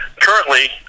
currently